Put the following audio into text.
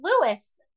Lewis